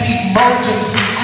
emergency